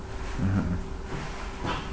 (uh huh)